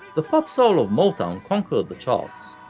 the pop soul of motown conquered the charts,